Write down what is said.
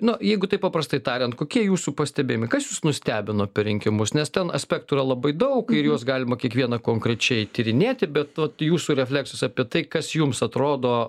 nu jeigu taip paprastai tariant kokie jūsų pastebimi kas jus nustebino per rinkimus nes ten aspektų yra labai daug ir juos galima kiekvieną konkrečiai tyrinėti bet vat jūsų refleksas apie tai kas jums atrodo